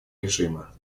режима